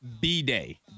B-Day